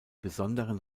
besonderen